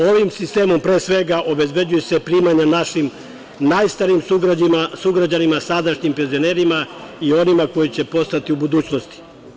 Ovim sistemom pre svega obezbeđuju se primanja našim najstarijim sugrađanima, sadašnjim penzionerima i onima koji će postati u budućnosti.